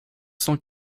cent